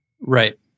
Right